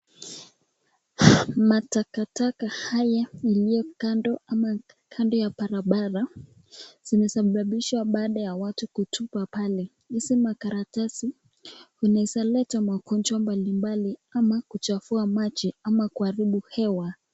Matakataka haya iliyo kando ama kando ya barabara zinasababishwa baada ya watu kutupa pale, hizi makaratasi inaweza leta magonjwa mbalimbali ama kuchafua maji ama kuharibu hewa.